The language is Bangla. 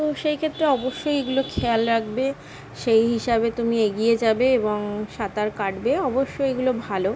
তো সেই ক্ষেত্রে অবশ্যই এগুলো খেয়াল রাখবে সেই হিসাবে তুমি এগিয়ে যাবে এবং সাঁতার কাটবে অবশ্যই এগুলো ভালো